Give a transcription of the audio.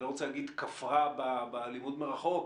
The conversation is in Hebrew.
אני לא רוצה להגיד כפרה בלימוד מרחוק,